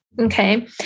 Okay